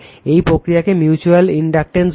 এই প্রক্রিয়াকে mutual inductance বলে